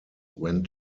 went